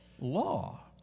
law